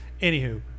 Anywho